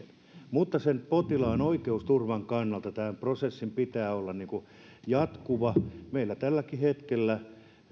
mutta potilaan oikeusturvan kannalta tämän prosessin pitää olla jatkuva meillä tälläkin hetkellä